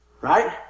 Right